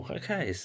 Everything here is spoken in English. okay